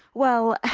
well,